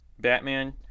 Batman